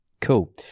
Cool